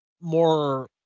more